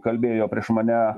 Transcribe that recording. kalbėjo prieš mane